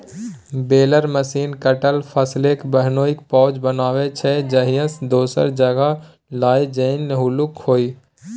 baler machine कटल फसलकेँ बान्हिकेँ पॉज बनाबै छै जाहिसँ दोसर जगह लए जेनाइ हल्लुक होइ